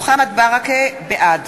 בעד